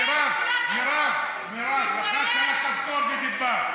מירב, מירב, את יכולה לחכות טיפה.